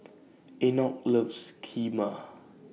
Enoch loves Kheema